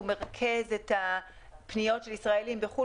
הוא מרכז את הפניות של ישראלים בחו"ל